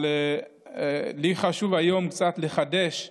לי חשוב קצת לחדש היום,